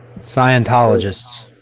Scientologists